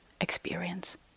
experience